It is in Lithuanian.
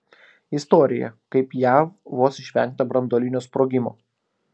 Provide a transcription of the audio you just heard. istorija kaip jav vos išvengta branduolinio sprogimo